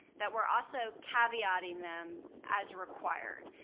that we're also caveating them as required.